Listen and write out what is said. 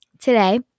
Today